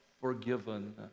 forgiven